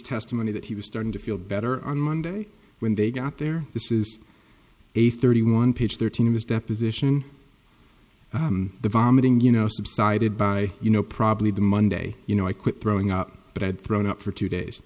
testimony that he was starting to feel better on monday when they got there this is a thirty one page thirteen of this deposition the vomiting you know subsided by you know probably the monday you know i quit throwing up but i had thrown up for two days